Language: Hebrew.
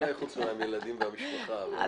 אולי חוץ מהילדים והמשפחה אבל...